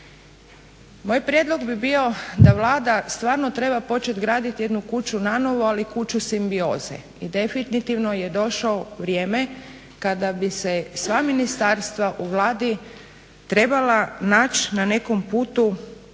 Moj prijedlog bi bio da Vlada stvarno treba početi graditi jednu kuću nanovo, ali kuću simbioze. I definitivno je došlo vrijeme kada bi se sva ministarstva u Vladi trebala naći na nekom putu,